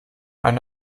eine